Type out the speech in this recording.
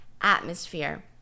atmosphere